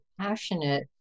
passionate